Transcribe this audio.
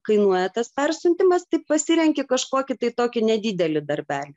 kainuoja tas persiuntimas tai pasirenki kažkokį tai tokį nedidelį darbelį